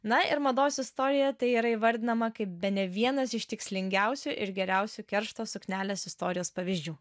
na ir mados istorijoj tai yra įvardinama kaip bene vienas iš tikslingiausių ir geriausiu keršto suknelės istorijos pavyzdžių